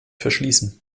verschließen